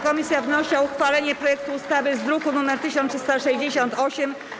Komisja wnosi o uchwalenie projektu ustawy z druku nr 1368.